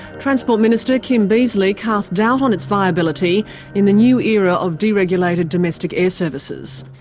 transport minister kim beazley cast doubt on its viability in the new era of deregulated domestic air services.